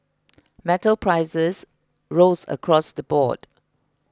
metal prices rose across the board